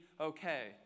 okay